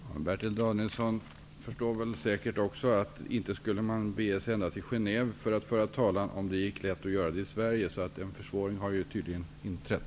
Herr talman! Bertil Danielsson förstår säkert också att man inte skulle bege sig ända till Genève för att föra talan om det gick lätt att göra det i Sverige. En försvåring har tydligen inträtt.